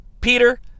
Peter